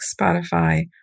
Spotify